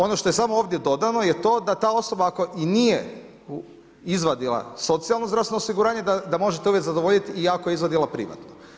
Ono što je samo ovdje dodano je to da ta osoba ako i nije izvadila socijalno zdravstveno osiguranje, da možete uvjet zadovoljiti i ako je izvadila privatno.